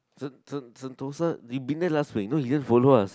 Sen~ sen~ Sentosa we been there last week no you didn't follow us